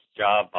job